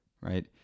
right